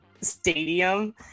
stadium